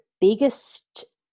biggest